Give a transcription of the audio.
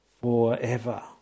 forever